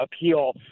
appeal